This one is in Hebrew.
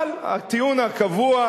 אבל הטיעון הקבוע,